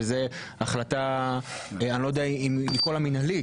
וזה החלטה אני לא יודע אם לקרוא לה מנהלית,